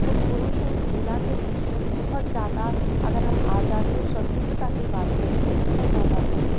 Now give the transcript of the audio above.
तो पुरुष और महिला के बीच में बहुत ज़्यादा अगर हम आज़ादी और स्वतंत्रतता की बात करें तो बहुत ज़्यादा है